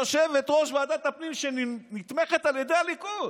יושבת-ראש ועדת הפנים שנתמכת על ידי הליכוד.